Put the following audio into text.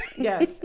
yes